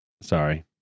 sorry